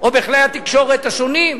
או בכלי התקשורת השונים.